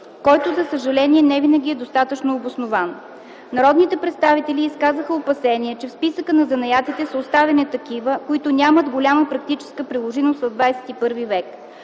който за съжаление не винаги е достатъчно обоснован. Народните представители изказаха опасения, че в списъка на занаятите са оставени такива, които нямат голяма практическа приложимост в ХХІ век.